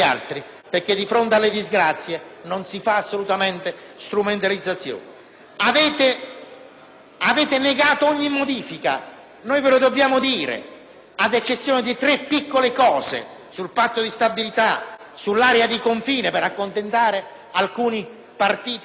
Avete negato ogni modifica - ve lo dobbiamo dire - ad eccezione di tre piccole cose: sul Patto di stabilità, sull'area di confine per accontentare alcuni partiti amici, che altrimenti forse non vi votavano. Per non dire della scuola privata! Vi hanno pregato nella Commissione: